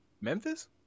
Memphis